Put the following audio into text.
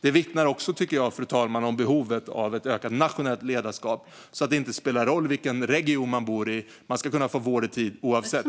Det tycker jag också vittnar om behovet av ett ökat nationellt ledarskap, fru talman, så att det inte spelar roll vilken region man bor i. Man ska kunna få vård i tid oavsett.